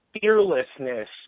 fearlessness